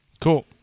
Cool